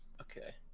Okay